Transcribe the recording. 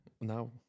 Now